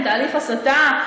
תהליך הסתה,